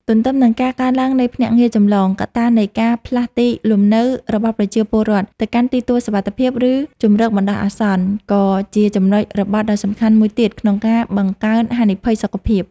ទន្ទឹមនឹងការកើនឡើងនៃភ្នាក់ងារចម្លង កត្តានៃការផ្លាស់ទីលំនៅរបស់ប្រជាពលរដ្ឋទៅកាន់ទីទួលសុវត្ថិភាព ឬជម្រកបណ្តោះអាសន្ន ក៏ជាចំណុចរបត់ដ៏សំខាន់មួយទៀតក្នុងការបង្កើនហានិភ័យសុខភាព។